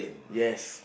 yes